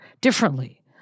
differently